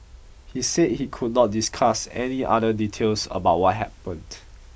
he said he could not discuss any other details about what happened